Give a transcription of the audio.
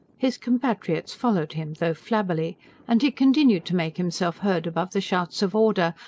his compatriots followed him, though flabbily and he continued to make himself heard above the shouts of order!